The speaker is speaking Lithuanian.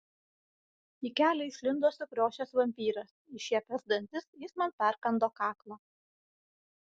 į kelią išlindo sukriošęs vampyras iššiepęs dantis jis man perkando kaklą